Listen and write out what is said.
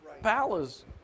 palace